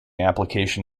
application